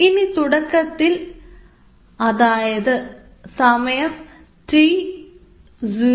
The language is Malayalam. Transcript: ഇനി തുടക്കത്തിൽ അതായത് സമയം T 0